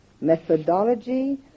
methodology